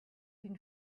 been